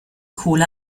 kohle